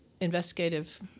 investigative